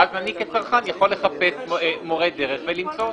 ואז אני כצרכן יכול לחפש מורה דרך ולמצוא אותך.